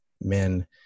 men